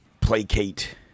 placate